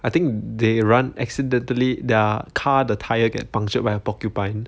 I think they run accidentally their car the tyre get punctured by a porcupine